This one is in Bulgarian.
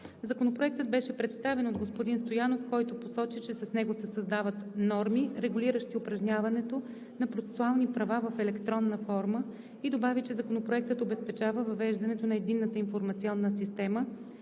Законопроектът беше представен от господин Стоянов, който посочи, че с него се създават норми, регулиращи упражняването на процесуални права в електронна форма и добави, че Законопроектът обезпечава въвеждането на Единната информационна система